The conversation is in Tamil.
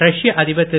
ரஷ்ய அதிபர் திரு